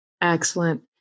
Excellent